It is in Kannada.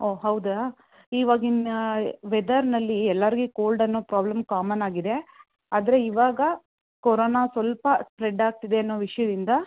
ಓ ಹೌದಾ ಇವಾಗಿನ ವೆದರಲ್ಲಿ ಎಲ್ಲಾರ್ಗು ಕೋಲ್ಡ್ ಅನ್ನೋ ಪ್ರಾಬ್ಲಮ್ ಕಾಮನ್ ಆಗಿದೆ ಆದರೆ ಇವಾಗ ಕೊರೊನ ಸ್ವಲ್ಪ ಸ್ಪ್ರೆಡ್ ಆಗ್ತಿದೆ ಅನ್ನುವ ವಿಷಯದಿಂದ